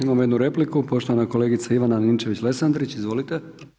Imamo jednu repliku, poštovana kolegica Ivana Ninčević-Lesandrić, izvolite.